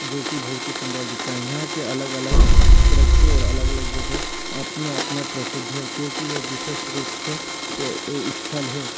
जो कि बहुत ही सुंदर दिखता हैं यहाँ के अलग अलग दृश्य और अलग अलग जगह अपने आप में प्रसिद्ध है क्योंकि यह विशेष रूप से स्थल है